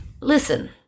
Listen